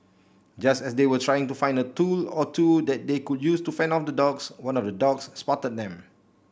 just as they were trying to find a tool or two that they could use to fend off the dogs one of the dogs spotted them